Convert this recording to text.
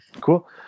Cool